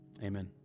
Amen